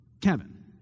Kevin